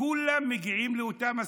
כולם מגיעים לאותה מסקנה: